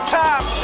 time